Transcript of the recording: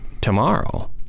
tomorrow